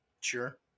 Sure